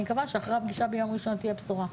אני מקווה שאחרי הפגישה ביום ראשון תהיה בשורה.